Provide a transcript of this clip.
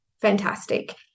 Fantastic